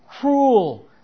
cruel